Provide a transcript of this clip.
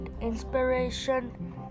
inspiration